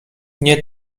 nie